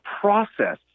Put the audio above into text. process